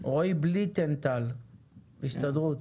רועי בליטנטל מההסתדרות,